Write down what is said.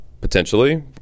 Potentially